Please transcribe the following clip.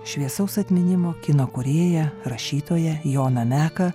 šviesaus atminimo kino kūrėją rašytoją joną meką